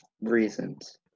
Reasons